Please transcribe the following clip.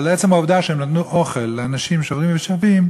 אבל עצם העובדה שהם היו נותנים אוכל לעוברים ושבים,